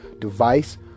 device